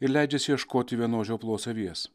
ir leidžiasi ieškoti vienos žioplos avies